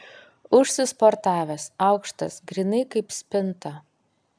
užsisportavęs aukštas grynai kaip spinta